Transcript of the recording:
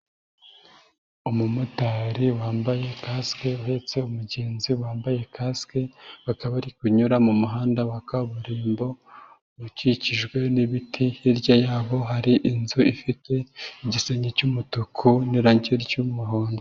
Umumotari wambaye kasike uheretse umugenzi wambaye kasike, bakaba bari kunyura mu muhanda wa kaburimbo ukikijwe n'ibiti, hirya yabo hari inzu ifite igisenge cy'umutuku n'irangi ry'umuhondo.